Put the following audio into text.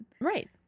right